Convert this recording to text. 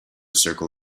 circle